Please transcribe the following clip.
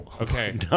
Okay